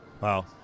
Wow